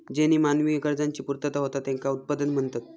ज्येनीं मानवी गरजांची पूर्तता होता त्येंका उत्पादन म्हणतत